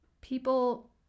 people